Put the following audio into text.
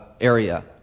area